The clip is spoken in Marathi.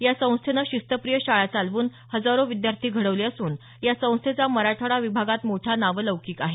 या संस्थेनं शिस्तप्रिय शाळा चालवून हजारो विध्यार्थी घडवले असून या संस्थेचा मराठवाडा विभागात मोठा नावलौकिक आहे